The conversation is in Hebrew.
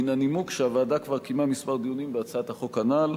מן הנימוק שהוועדה כבר קיימה כמה דיונים בהצעת החוק הנ"ל.